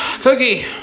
Cookie